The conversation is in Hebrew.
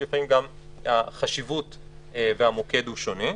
כי לפעמים גם החשיבות והמוקד הם שונים.